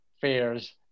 fairs